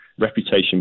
Reputation